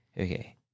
Okay